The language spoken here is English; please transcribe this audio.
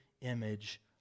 image